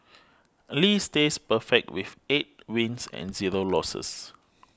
Lee stays perfect with eight wins and zero losses